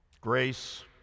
Grace